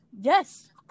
Yes